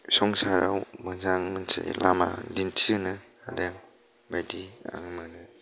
संसाराव मोजां मोनसे लामा दिन्थिनो हायो बायदि आं मोनो